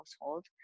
household